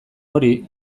hori